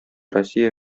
россия